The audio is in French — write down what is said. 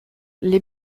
les